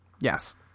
Yes